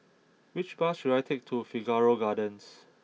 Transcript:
which bus should I take to Figaro Gardens